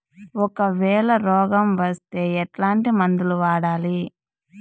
ఒకవేల రోగం వస్తే ఎట్లాంటి మందులు వాడాలి?